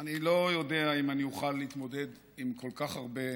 אני לא יודע אם אני אוכל להתמודד עם כל כך הרבה